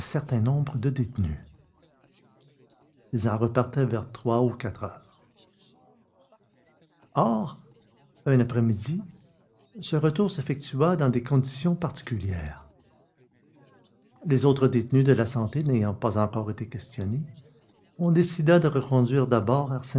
certain nombre de détenus ils en repartaient vers trois ou quatre heures or un après-midi ce retour s'effectua dans des conditions particulières les autres détenus de la santé n'ayant pas encore été questionnés on décida de reconduire d'abord